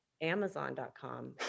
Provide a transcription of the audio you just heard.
amazon.com